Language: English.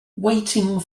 waiting